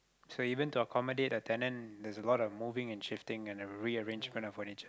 so even to accommodate a tenant there's a lot of moving and shifting and rearrangement of furniture